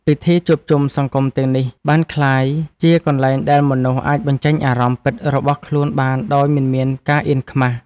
ពិធីជួបជុំសង្គមទាំងនេះបានក្លាយជាកន្លែងដែលមនុស្សអាចបញ្ចេញអារម្មណ៍ពិតរបស់ខ្លួនបានដោយមិនមានការអៀនខ្មាស។